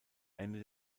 ende